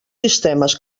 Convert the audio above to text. sistemes